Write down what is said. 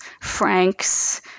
Franks